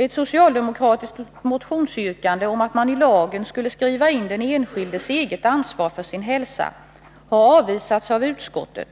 Ett socialdemokratiskt motionsyrkande om att man i lagen skulle skriva in den enskildes eget ansvar för sin hälsa har avvisats av utskottet